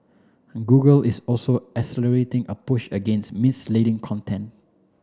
google is also accelerating a push against misleading content